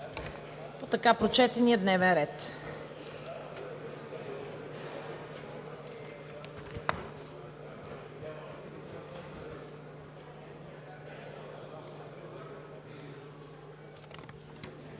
по така прочетения дневен ред.